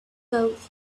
though